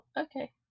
okay